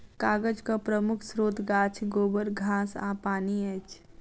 कागजक प्रमुख स्रोत गाछ, गोबर, घास आ पानि अछि